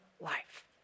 life